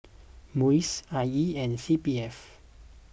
Muis I E and C P F